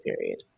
period